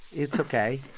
it's ok.